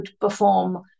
perform